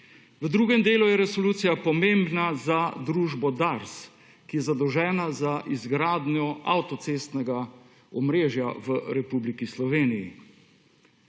V drugem delu je resolucija pomembna za družbo DARS, ki ja zadolžena za izgradnjo avtocestnega omrežja v Republiki Sloveniji.